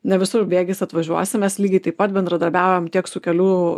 ne visur bėgiais atvažiuosime mes lygiai taip pat bendradarbiaujame tiek su kelių